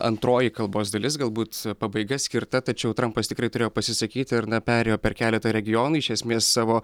antroji kalbos dalis galbūt pabaiga skirta tačiau trampas tikrai turėjo pasisakyti ir na perėjo per keletą regionų iš esmės savo